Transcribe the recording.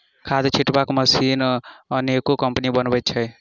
खाद छिटबाक मशीन अनेको कम्पनी बनबैत अछि